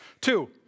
Two